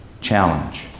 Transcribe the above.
Challenge